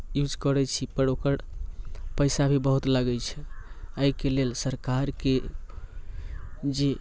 use करैत छी पर ओकर पैसा भी बहुत लगैत छै एहिके लेल सरकारके जे